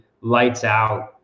lights-out